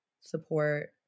support